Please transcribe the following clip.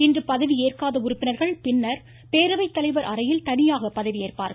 இன்று பதவி ஏற்காத உறுப்பினர்கள் பின்னர் பேரவைத்தலைவர் அறையில் தனியாக பதவியேற்பார்கள்